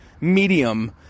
medium